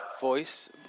voice